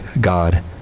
God